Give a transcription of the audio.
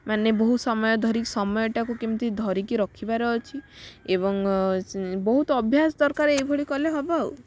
ମାନେ ବହୁତ ସମୟ ଧରି ସମୟଟାକୁ କେମିତି ଧରିକି ରଖିବାର ଅଛି ଏବଂ ବହୁତ ଅଭ୍ୟାସ ଦରକାର ଏଇଭଳି କଲେ ହେବ ଆଉ